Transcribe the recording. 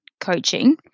coaching